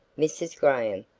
mrs. graham,